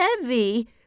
heavy